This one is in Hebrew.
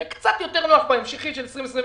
יהיה קצת יותר נוח בתקציב ההמשכי של 2021,